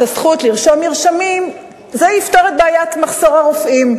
הזכות לרשום מרשמים זה יפתור את בעיית המחסור ברופאים,